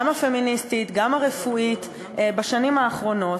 גם הפמיניסטית, גם הרפואית, בשנים האחרונות,